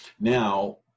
now